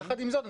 יחד עם זאת,